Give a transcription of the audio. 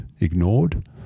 ignored